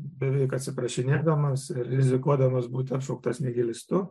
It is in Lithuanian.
beveik atsiprašinėdamas rizikuodamas būti apšauktas nihilistu